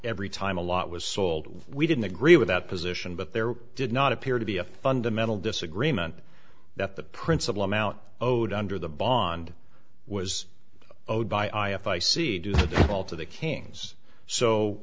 every time a lot was sold we didn't agree with that position but there did not appear to be a fundamental disagreement that the principal amount owed under the bond was owed by i if i see due to the fault of the kings so